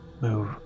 move